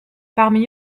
parmi